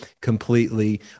completely